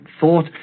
thought